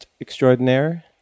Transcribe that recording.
extraordinaire